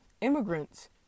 immigrants